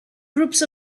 groups